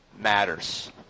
matters